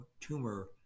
tumor